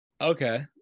okay